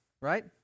right